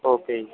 okay ਜੀ